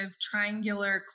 triangular